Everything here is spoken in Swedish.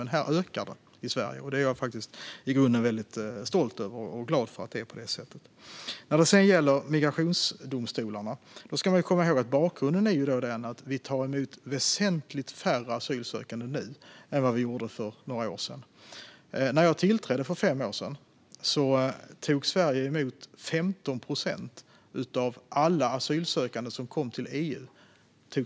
Men i Sverige ökar det alltså, och det är jag i grunden stolt och glad över. När det gäller migrationsdomstolarna ska man komma ihåg att bakgrunden är att vi tar emot väsentligt färre asylsökande nu än vi gjorde för några år sedan. När jag tillträdde för fem år sedan tog Sverige emot 15 procent av alla asylsökande som kom till EU.